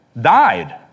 died